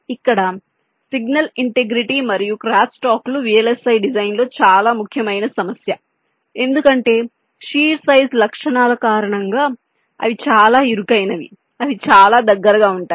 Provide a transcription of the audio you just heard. ఇక్కడ signal integrity మరియు crosstalk లు VLSI డిజైన్ లో చాలా ముఖ్యమైన సమస్య ఎందుకంటే షీర్ సైజ్ లక్షణాల కారణంగా అవి చాలా ఇరుకైనవి అవి చాలా దగ్గరగా ఉంటాయి